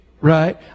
Right